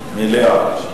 מליאה.